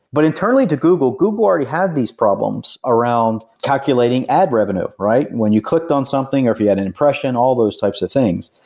but internally to google, google already had these problems around calculating ad revenue, right? when you clicked on something or if you had an impression, all those types of things.